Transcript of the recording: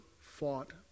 fought